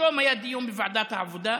שלשום היה דיון בוועדת העבודה,